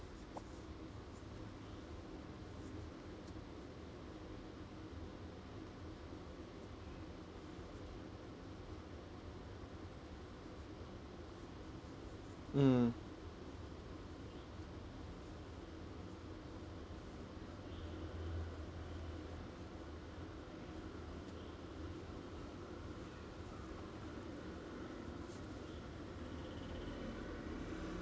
mm